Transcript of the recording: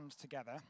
together